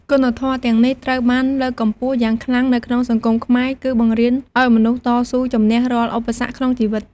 គុណធម៌ទាំងនេះត្រូវបានលើកកម្ពស់យ៉ាងខ្លាំងនៅក្នុងសង្គមខ្មែរ គឺបង្រៀនឱ្យមនុស្សតស៊ូជំនះរាល់ឧបសគ្គក្នុងជីវិត។